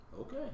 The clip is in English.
Okay